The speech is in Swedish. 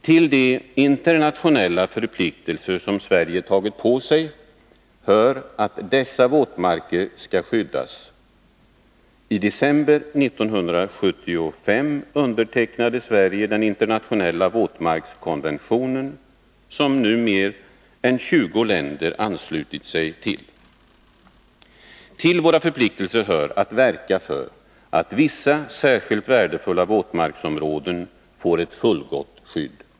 Till de internationella förpliktelser som Sverige har tagit på sig hör att dessa våtmarker skall skyddas. I december 1975 undertecknade Sverige den internationella våtmarkskonventionen, som nu mer än 20 länder har anslutit sig till. Till våra förpliktelser hör också att verka för att vissa särskilt värdefulla våtmarksområden får ett fullgott skydd.